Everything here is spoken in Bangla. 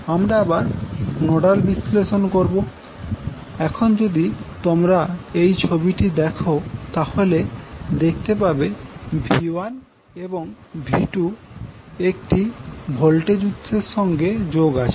আমরা আবার নোডাল বিশ্লেষণ করবো এখন যদি তোমরা এই ছবিটা দেখো তাহলে দেখতে পাবে V1 এবং V2 একটি ভোল্টেজ উৎসের সঙ্গে যোগ করা আছে